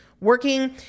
working